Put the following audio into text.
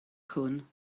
cŵn